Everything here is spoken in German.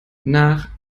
nach